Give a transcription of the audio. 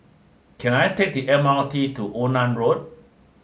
can I take the M R T to Onan Road